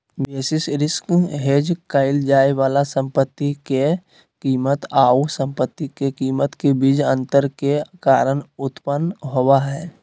basis risk hedge क़इल जाय वाला संपत्ति के कीमत आऊ संपत्ति के कीमत के बीच अंतर के कारण उत्पन्न होबा हइ